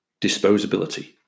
disposability